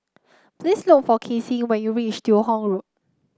please look for Casie when you reach Teo Hong Road